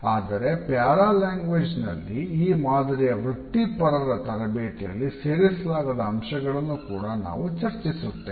ಆದರೆ paralanguage ನಲ್ಲಿ ಈ ಮಾದರಿಯ ವೃತ್ತಿಪರರ ತರಬೇತಿಯಲ್ಲಿ ಸೇರಿಸಲಾಗದ ಅಂಶಗಳನ್ನು ಕೂಡ ಚರ್ಚಿಸುತ್ತೇವೆ